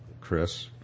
Chris